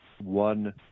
one